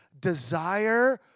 desire